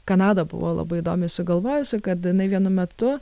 kanada buvo labai įdomiai sugalvojusi kad jinai vienu metu